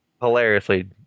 hilariously